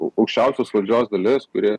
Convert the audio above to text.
aukščiausios valdžios dalis kuri